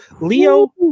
Leo